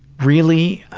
really